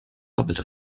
doppelte